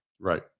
Right